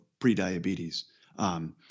prediabetes